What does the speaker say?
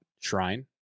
shrine